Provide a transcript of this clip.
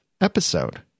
episode